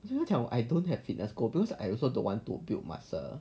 so 我跟他讲 I don't have fitness goal I also do not want to build muscle